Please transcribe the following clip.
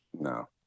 No